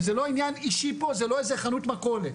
וזה לא עניין אישי פה, זה לא איזה חנות מכולת.